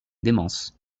démence